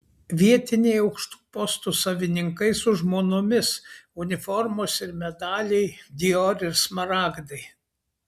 vietiniai aukštų postų savininkai su žmonomis uniformos ir medaliai dior ir smaragdai